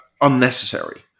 unnecessary